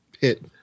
hit